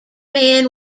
men